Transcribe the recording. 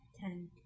Ten